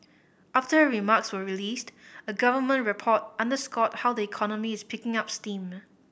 after her remarks were released a government report underscored how the economy is picking up steam